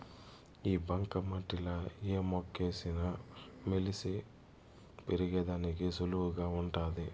ఈ బంక మట్టిలా ఏ మొక్కేసిన మొలిసి పెరిగేదానికి సులువుగా వుంటాది